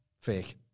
fake